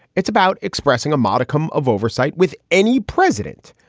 it's about expressing a modicum of oversight with any president.